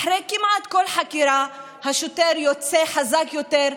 אחרי כמעט כל חקירה השוטר יוצא חזק יותר,